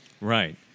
Right